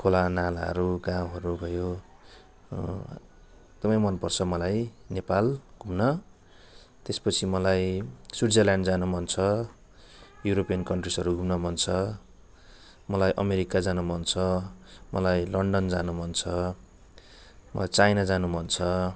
खोला नालाहरू गाउँहरू भयो एकदमै मन पर्छ मलाई नेपाल घुम्न त्यसपछि मलाई स्विट्जरल्याण्ड जान मन छ युरोपियन कन्ट्रिजहरू घुम्न मन छ मलाई अमेरिका जान मन छ मलाई लण्डन जानु मन छ मलाई चाइना जानु मन छ